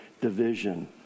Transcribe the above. division